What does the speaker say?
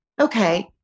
okay